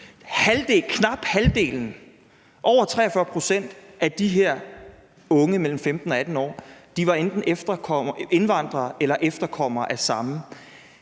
Knap halvdelen, over 43 pct., af de her unge mellem 15 og 18 år var enten indvandrere eller efterkommere af samme.